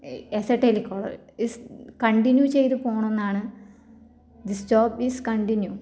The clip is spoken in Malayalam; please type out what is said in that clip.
as a telecaller is continue ചെയ്ത് പോവണം എന്നാണ് ദിസ് ജോബ് ഈസ് കണ്ടിന്യൂ